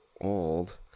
old